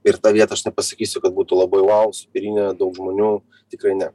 ir vieta aš nepasakysiu kad būtų labai vau superinė daug žmonių tikrai ne